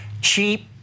cheap